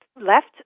left